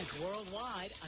worldwide